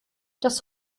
das